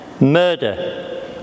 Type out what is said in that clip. murder